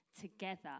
together